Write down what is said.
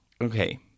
Okay